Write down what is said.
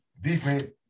defense